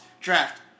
draft